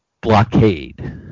blockade